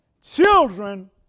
children